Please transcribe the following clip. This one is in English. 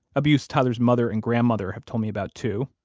abuse tyler's mother and grandmother have told me about, too.